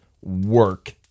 work